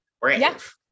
brave